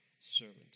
servant